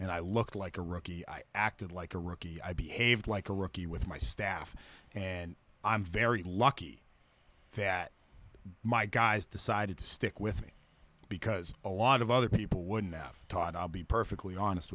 and i looked like a rookie i acted like a rookie i behaved like a rookie with my staff and i'm very lucky that my guys decided to stick with me because a lot of other people wouldn't have thought i'll be perfectly honest